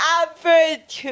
average